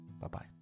Bye-bye